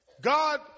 God